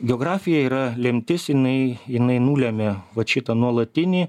geografija yra lemtis jinai jinai nulemia vat šitą nuolatinį